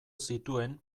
zituen